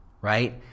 right